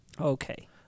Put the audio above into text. Okay